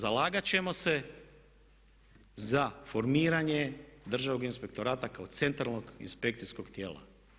Zalagat ćemo se za formiranje Državnog inspektorata kao centralnog inspekcijskog tijela.